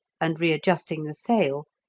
and readjusting the sail,